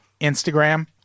Instagram